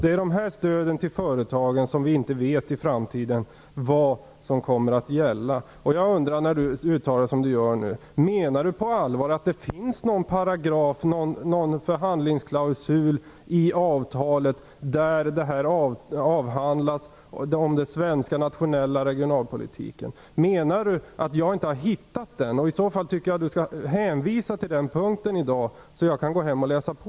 Det är för dessa företagsstöd som vi inte vet vad som kommer att gälla i framtiden. När Mats Hellström uttalar sig som han gör nu, undrar jag om han på allvar menar att det finns någon paragraf, någon förhandlingsklausul i avtalet där den svenska nationella regionalpolitiken avhandlas. Menar Mats Hellström att jag inte har hittat den? I så fall tycker jag att Mats Hellström skall hänvisa till den i dag, så att jag kan gå hem och läsa på.